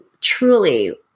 truly